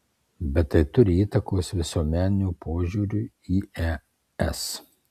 bet tai turi įtakos visuomenių požiūriui į es